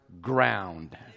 Ground